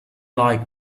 like